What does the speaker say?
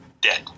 dead